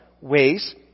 ways